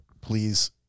please